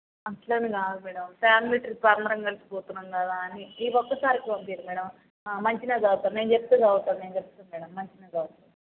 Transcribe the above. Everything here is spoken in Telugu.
అట్లని కాదు మ్యాడమ్ ఫ్యామిలీ ట్రిప్ అందరం కలిసి పోతున్నాం కదా అని ఈ ఒకసారికి పంపించండి మ్యాడమ్ మంచిగా చదువుతాడు నేను చెప్తే చదువుతాడు నేను చెప్తాను మ్యాడమ్ మంచిగా చదువుతాడు